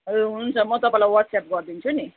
ए हुन्छ म तपाईँलाई वाट्सएप गरिदिन्छु नि